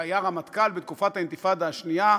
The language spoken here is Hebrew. שהיה הרמטכ"ל בתקופת האינתיפאדה השנייה,